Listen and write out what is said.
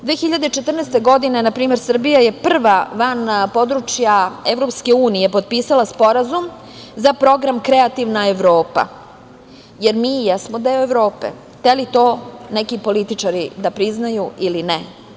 Godine 2014. na primer Srbija je prva van područja EU potpisala sporazum za Program „Kreativna Evropa“, jer mi i jesmo deo Evrope, hteli to neki političari da priznaju ili ne.